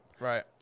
Right